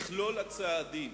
מכלול הצעדים